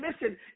listen